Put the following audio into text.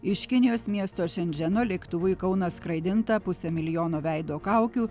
iš kinijos miesto šendženo lėktuvu į kauną atskraidinta pusė milijono veido kaukių